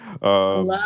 Love